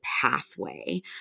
pathway